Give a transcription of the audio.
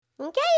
Okay